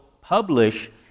publish